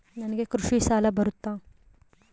ನನಗೆ ಕೃಷಿ ಸಾಲ ಬರುತ್ತಾ?